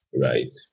right